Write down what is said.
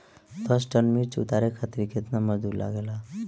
दस टन मिर्च उतारे खातीर केतना मजदुर लागेला?